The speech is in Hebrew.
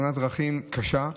תאונת דרכים קשה,